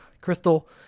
crystal